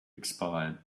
expired